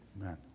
Amen